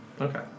Okay